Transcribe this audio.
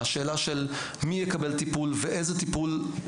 אני מאוד מפחד מהשאלה של מי יקבל טיפול ואיזה טיפול.